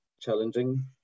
challenging